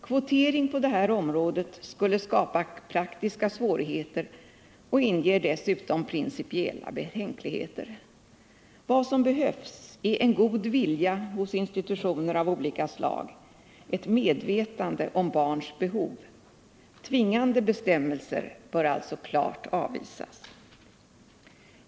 Kvoteringen på det här området skulle skapa praktiska svårigheter och inger dessutom principiella betänkligheter. Vad som behövs är en god vilja vid institutioner av olika slag, ett medvetande om barns behov. Tvingande bestämmelser bör alltså klart avvisas.